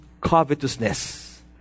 covetousness